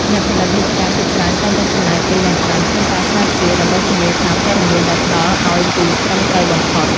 អ្នកផលិតមាតិកាភាគច្រើនតែងតែចំណាយពេលយ៉ាងច្រើនក្នុងការស្រាវជ្រាវ ដើម្បីធានាថាព័ត៌មានដែលផ្ដល់ឱ្យគឺត្រឹមត្រូវបំផុត។